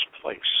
place